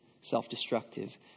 self-destructive